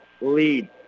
lead